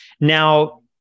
Now